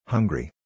Hungry